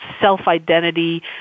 self-identity